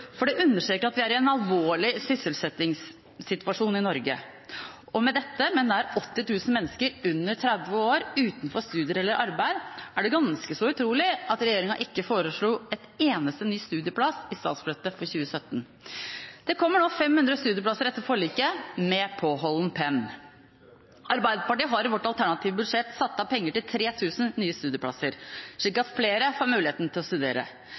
For det understreker at vi er i en alvorlig sysselsettingssituasjon i Norge. Med nær 80 000 mennesker under 30 år utenfor studier eller arbeid er det ganske så utrolig at regjeringa ikke foreslo en eneste ny studieplass i statsbudsjettet for 2017. Det kommer nå 500 studieplasser etter forliket, med påholden penn. Arbeiderpartiet har i sitt alternative budsjett satt av penger til 3 000 nye studieplasser, slik at flere får muligheten til å studere.